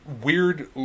weird